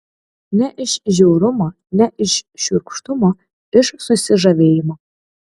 ne iš žiaurumo ne iš šiurkštumo iš susižavėjimo